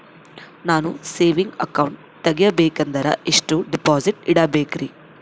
ನಾನು saving account ತೆಗಿಬೇಕಂದರ ಎಷ್ಟು ಡಿಪಾಸಿಟ್ ಇಡಬೇಕ್ರಿ?